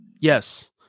Yes